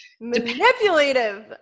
manipulative